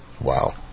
Wow